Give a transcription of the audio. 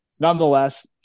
Nonetheless